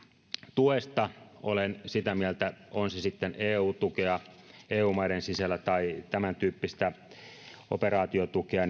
tuesta olen sitä mieltä on se sitten eu tukea eu maiden sisällä tai tämän tyyppistä operaatiotukea